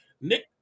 Nick